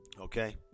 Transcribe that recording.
Okay